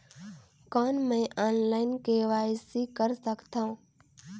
कौन मैं online KYC कर सकथव?